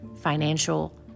financial